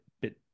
bit